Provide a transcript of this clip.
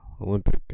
Olympic